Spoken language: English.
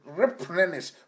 replenish